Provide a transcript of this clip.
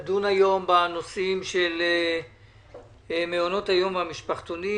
אנחנו נדון היום במעונות היום והמשפחתונים